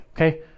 okay